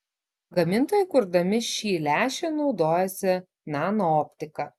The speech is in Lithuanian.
gamintojai kurdami šį lęšį naudojosi nanooptika